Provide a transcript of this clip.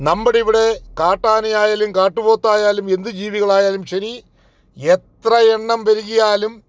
നമ്മുടെ ഇവിടെ കാട്ടാനയായാലും കാട്ടുപോത്തായാലും എന്ത് ജീവികളായാലും ശരി എത്രയെണ്ണം പെരുകിയാലും